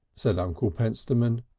said uncle pentstemon.